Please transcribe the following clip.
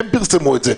הם פרסמו את זה.